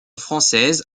française